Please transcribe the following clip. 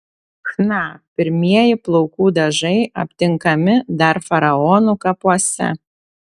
chna pirmieji plaukų dažai aptinkami dar faraonų kapuose